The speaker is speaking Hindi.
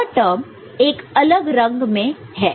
यह टर्म एक अलग रंग में है